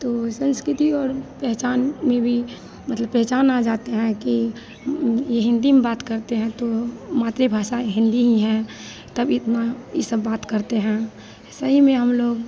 तो सँस्कृति और पहचान में भी मतलब पहचान आ जाते हैं कि यह हिन्दी में बात करते हैं तो मातृभाषा हिन्दी ही है तब इतना यह सब बात करते हैं सही में हमलोग